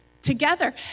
together